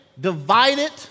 divided